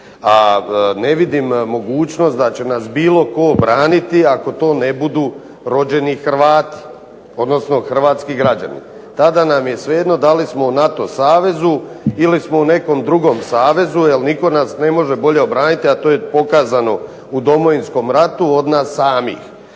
A ne vidim mogućnost da će nas bilo tko obraniti ako to ne budu rođeni Hrvati, odnosno hrvatski građani. Tada nam je svejedno da li smo u NATO savezu ili smo u nekom drugom savezu, jel nitko nas ne može bolje obraniti a to je pokazano u Domovinskom ratu od nas samih.